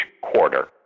quarter